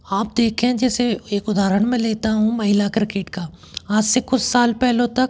आप देखें जेसे एक उधारण मैं लेता हूँ महिला क्रिकेट का आस से कुस साल पहेलो तक